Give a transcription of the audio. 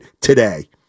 today